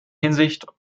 hinsicht